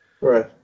Right